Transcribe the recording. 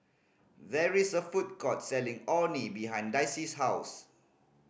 there is a food court selling Orh Nee behind Dicy's house